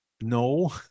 No